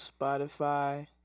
Spotify